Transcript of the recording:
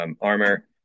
armor